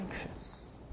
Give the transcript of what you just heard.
anxious